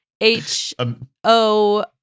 H-O